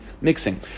mixing